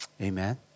Amen